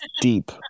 deep